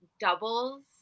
doubles